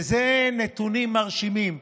ואלה נתונים מרשימים.